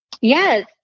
Yes